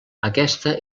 aquesta